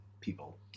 people